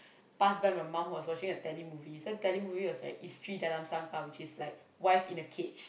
pass by my mum who was watching a tele movie so tele movie was like isteri dalam sangkar which is like wife in a cage